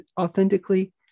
authentically